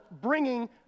bringing